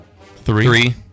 three